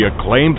acclaimed